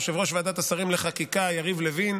יושב-ראש ועדת השרים לחקיקה יריב לוין,